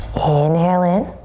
inhale in.